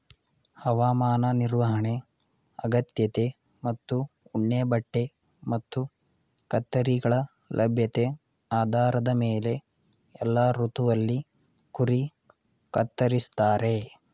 ಹವಾಮಾನ ನಿರ್ವಹಣೆ ಅಗತ್ಯತೆ ಮತ್ತು ಉಣ್ಣೆಬಟ್ಟೆ ಮತ್ತು ಕತ್ತರಿಗಳ ಲಭ್ಯತೆ ಆಧಾರದ ಮೇಲೆ ಎಲ್ಲಾ ಋತುವಲ್ಲಿ ಕುರಿ ಕತ್ತರಿಸ್ತಾರೆ